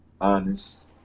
honest